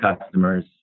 customers